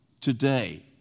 today